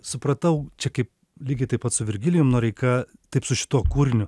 supratau čia kaip lygiai taip pat su virgilijum noreika taip su šituo kūriniu